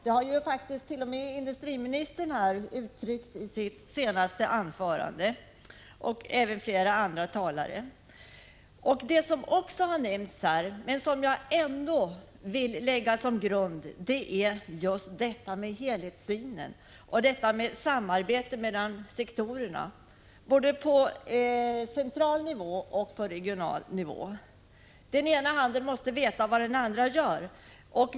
Det har faktiskt t.o.m. industriministern uttryckt i sitt senaste anförande. Vad som också har nämnts men som jag ändå vill lägga till grund för min framställning är helhetssynen och samarbetet mellan sektorerna både på central och regional nivå. Den ena handen måste veta vad den andra gör.